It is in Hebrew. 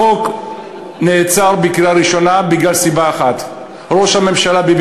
החוק נעצר בקריאה ראשונה מסיבה אחת: ראש הממשלה ביבי